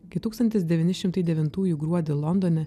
kai tūkstantis devyni šimtai devintųjų gruodį londone